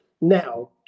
Now